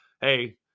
hey